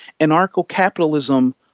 anarcho-capitalism